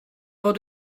fod